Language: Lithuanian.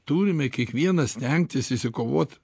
turime kiekvienas stengtis išsikovot